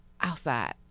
outside